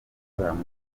gitaramo